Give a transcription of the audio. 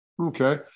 Okay